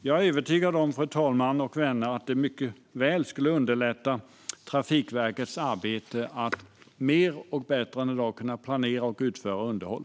Jag är övertygad, fru talman och vänner, om att det skulle underlätta Trafikverkets arbete med att mer och bättre än i dag kunna planera och utföra underhåll.